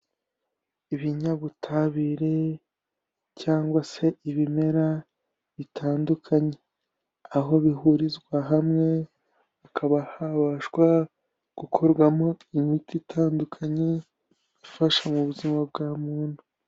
Ibinyabutabire cyangwa se ibimera bitandukanye, aho bihurizwa hamwe hakaba habashwa gukorwamo imiti itandukanye ifasha mu buzima bwa muntu.